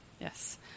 Yes